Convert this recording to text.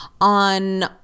on